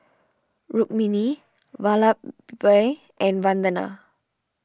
Rukmini Vallabhbhai and Vandana